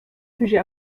sujet